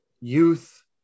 youth